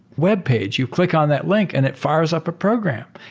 webpage, you click on that link and it fires up a program.